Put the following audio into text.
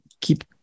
keep